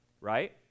right